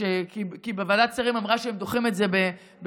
כי בוועדת שרים אמרו שהם דוחים את זה בחודשיים,